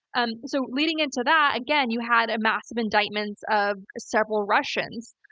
and so, leading into that, again, you had ah massive indictments of several russians,